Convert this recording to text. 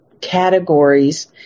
categories